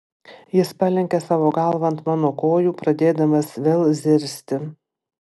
jis palenkė savo galvą ant mano kojų pradėdamas vėl zirzti